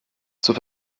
zur